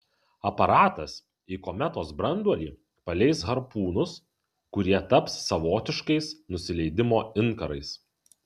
aparatas į kometos branduolį paleis harpūnus kurie taps savotiškais nusileidimo inkarais